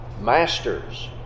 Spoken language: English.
masters